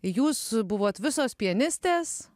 jūs buvot visos pianistės